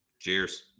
Cheers